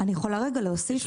בבקשה.